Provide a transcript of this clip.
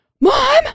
Mom